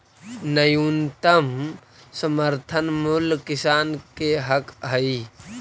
न्यूनतम समर्थन मूल्य किसान के हक हइ